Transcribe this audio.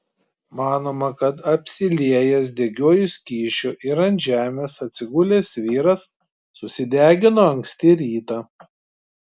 manoma kad apsiliejęs degiuoju skysčiu ir ant žemės atsigulęs vyras susidegino anksti rytą